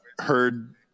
heard